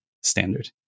standard